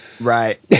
Right